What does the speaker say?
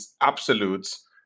absolutes